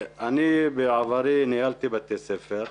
בעברי ניהלתי בתי ספר.